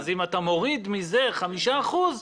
אם אתה מוריד מזה חמישה אחוזים,